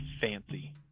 fancy